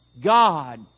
God